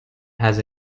has